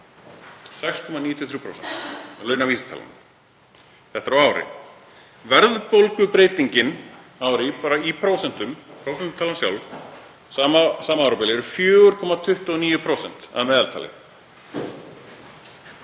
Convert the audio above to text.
6,93%, launavísitalan. Þetta er á ári. Verðbólgubreytingin á ári í prósentum, prósentutalan sjálf á sama árabili, er 4,29% að meðaltali.